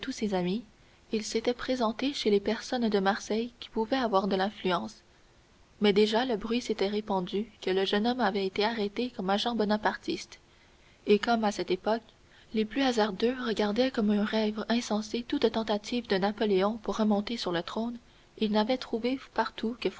ses amis il s'était présenté chez les personnes de marseille qui pouvaient avoir de l'influence mais déjà le bruit s'était répandu que le jeune homme avait été arrêté comme agent bonapartiste et comme à cette époque les plus hasardeux regardaient comme un rêve insensé toute tentative de napoléon pour remonter sur le trône il n'avait trouvé partout